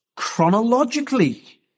Chronologically